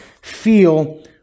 feel